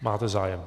Máte zájem?